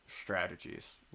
strategies